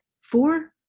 four